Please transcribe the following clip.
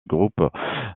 groupe